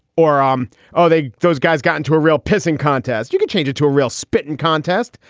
or um are they those guys got into a real pissing contest. you could change it to a real spitting contest.